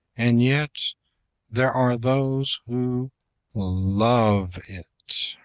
and yet there are those who love it!